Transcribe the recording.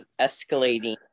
escalating